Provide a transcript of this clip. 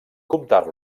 comptar